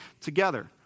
together